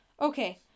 Okay